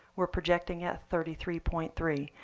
we're projecting at thirty three point three.